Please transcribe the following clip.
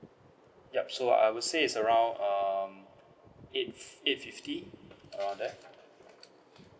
yup so I would say it's around um eight fi~ eight fifty around that